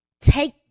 Take